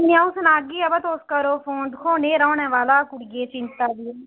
में ओह् सनागी पर तुस करो फोन दिक्खो न्हेरा ओने आह्ला कुड़िए दी चिंता